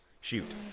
Shoot